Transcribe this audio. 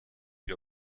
گیر